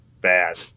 bad